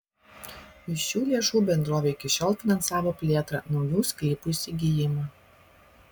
iš šių lėšų bendrovė iki šiol finansavo plėtrą naujų sklypų įsigijimą